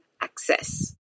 access